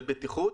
של בטיחות,